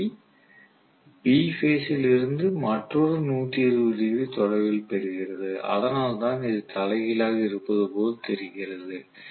F I B base ல் இருந்து மற்றொரு 120 டிகிரி தொலைவில் பெறுகிறது அதனால்தான் இது தலைகீழாக இருப்பது போல் தெரிகிறது